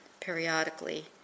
periodically